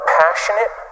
passionate